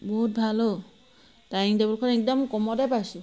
বহুত ভাল অ' ডাইনিং টেবুলখন একদম কমতে পাইছোঁ